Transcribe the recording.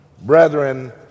Brethren